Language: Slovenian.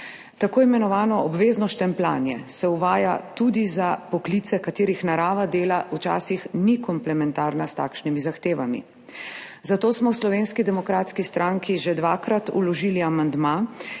Tako imenovano obvezno štempljanje se uvaja tudi za poklice, katerih narava dela včasih ni komplementarna s takšnimi zahtevami, zato smo v Slovenski demokratski stranki že dvakrat vložili amandma,